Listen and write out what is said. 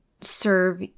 serve